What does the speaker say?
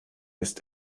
ist